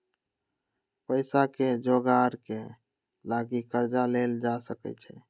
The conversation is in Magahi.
पइसाके जोगार के लागी कर्जा लेल जा सकइ छै